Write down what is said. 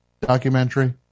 documentary